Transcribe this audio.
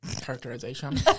characterization